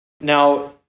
Now